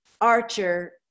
Archer